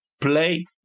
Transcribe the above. play